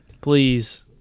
please